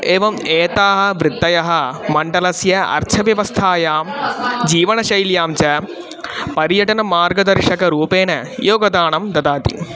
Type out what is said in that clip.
एवम् एताः वृत्तयः मण्डलस्य अर्थव्यवस्थायां जीवनशैल्यां च पर्यटनमार्गदर्शकरूपेण योगदानं ददाति